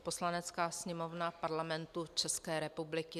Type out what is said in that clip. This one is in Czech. Poslanecká sněmovna Parlamentu České republiky